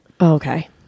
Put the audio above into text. Okay